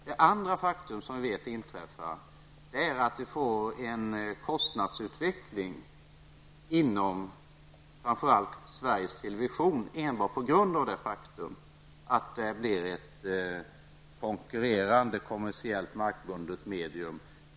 Det andra faktum som vi vet inträffar är att vi får en kostnadsutveckling inom framför allt Sveriges Television enbart på grund av att det blir ett konkurrerande kommersiellt markbundet medium.